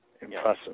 impressive